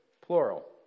plural